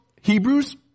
Hebrews